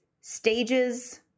stages